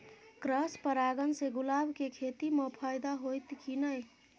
Cross परागण से गुलाब के खेती म फायदा होयत की नय?